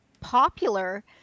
popular